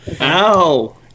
ow